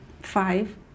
five